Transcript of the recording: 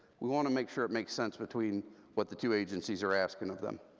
we want to make sure it makes sense, between what the two agencies are asking of them.